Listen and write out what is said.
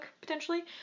potentially